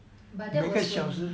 but that was